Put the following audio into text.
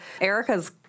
Erica's